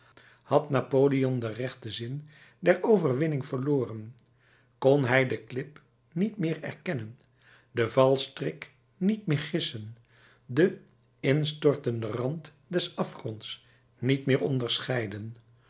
had napoleon den rechten zin der overwinning verloren kon hij de klip niet meer erkennen den valstrik niet meer gissen den instortenden rand des afgronds niet meer onderscheiden